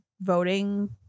voting